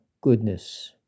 goodness